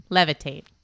Levitate